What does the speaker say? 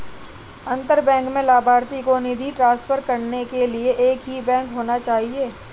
अंतर बैंक में लभार्थी को निधि ट्रांसफर करने के लिए एक ही बैंक होना चाहिए